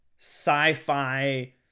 sci-fi